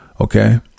okay